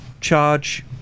charge